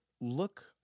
look